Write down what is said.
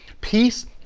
peace